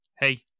hey